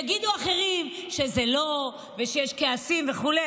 יגידו אחרים שזה לא ושיש כעסים וכו'.